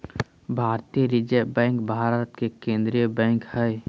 भारतीय Reserve Bank Bharat के केन्द्रीय बैंक हइ